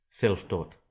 Self-taught